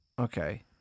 Okay